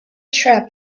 trap